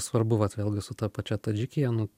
svarbu vat vėlgi su ta pačia tadžikija nu